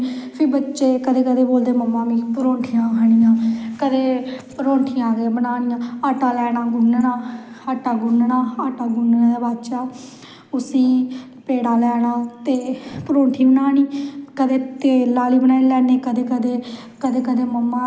मिठाईयां मिलक केक कोई गलाब जामुन कोई लड्डु कोई रस्स गुल्ले कोई कुश लेईयै जन्नियां ते भैनां रक्खड़ी बन्नन ओह्दे बाद च साढ़ा आई जंदा ऐ